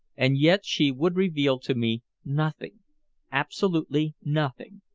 and yet she would reveal to me nothing absolutely nothing.